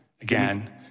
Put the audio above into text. Again